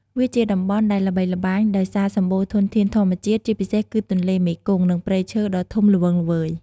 វាជាតំបន់ដែលល្បីល្បាញដោយសារសម្បូរធនធានធម្មជាតិ ជាពិសេសគឺទន្លេមេគង្គ និងព្រៃឈើដ៏ធំល្វឹងល្វើយ។